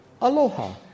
Aloha